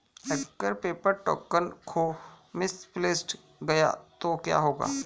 अगर paper token खो misplaced गया तो क्या होगा?